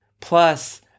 Plus